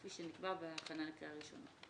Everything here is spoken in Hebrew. כפי שנקבע בהכנה לקריאה ראשונה.